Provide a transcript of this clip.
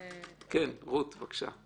רות, בבקשה.